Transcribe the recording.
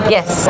Yes